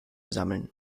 sammeln